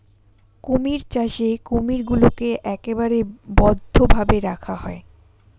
কুমির চাষে কুমিরগুলোকে একেবারে বদ্ধ ভাবে রাখা হয়